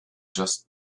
just